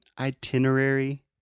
itinerary